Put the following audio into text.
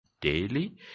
daily